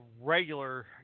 regular